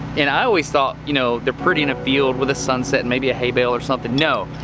and i always thought you know they're pretty in a field, with the sunset, and maybe a hay bail or something. no,